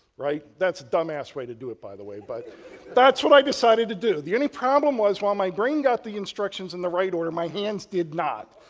right? that's a dumbass way to do it by the way but that's what i decided to do. the only problem was while my brain got the instructions, in the right order, my hands did not.